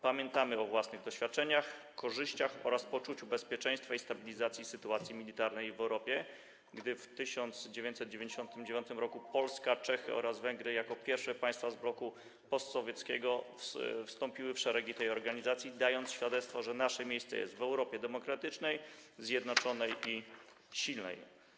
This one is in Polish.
Pamiętajmy o własnych doświadczeniach, korzyściach oraz poczuciu bezpieczeństwa i stabilizacji sytuacji militarnej w Europie, gdy w 1999 r. Polska, Czechy oraz Węgry jako pierwsze państwa z bloku postsowieckiego wstąpiły w szeregi tej organizacji, dając świadectwo, że nasze miejsce jest w Europie demokratycznej, zjednoczonej i silnej.